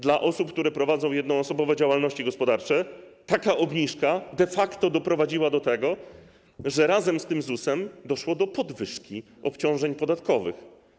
Dla osób, które prowadzą jednoosobowe działalności gospodarcze, taka obniżka de facto doprowadziła do tego, że razem z tym ZUS-em doszło do podwyżki obciążeń podatkowych.